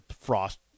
frost